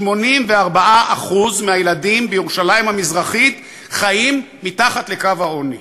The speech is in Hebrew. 84% מהילדים בירושלים המזרחית חיים מתחת לקו העוני.